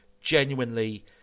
genuinely